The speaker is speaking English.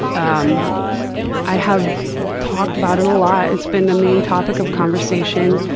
um i have talked about it a lot. it's been the main topic of conversation.